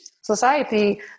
society